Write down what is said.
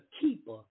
keeper